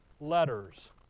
letters